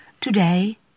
today